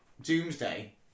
Doomsday